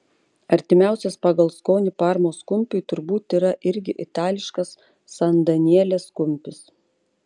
artimiausias pagal skonį parmos kumpiui turbūt yra irgi itališkas san danielės kumpis